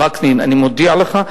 וקנין, אני מודיע לך,